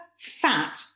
fat